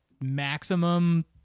maximum